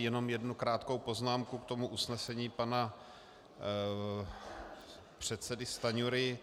Jenom jednu krátkou poznámku k tomu usnesení pana předsedy Stanjury.